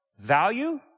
value